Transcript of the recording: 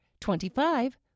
twenty-five